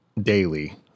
daily